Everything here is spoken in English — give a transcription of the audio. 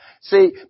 See